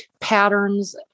patterns